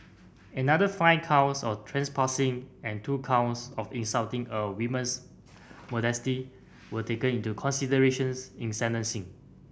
another five counts of trespassing and two counts of insulting a women's modesty were taken into considerations in sentencing